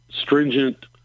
stringent